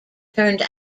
turned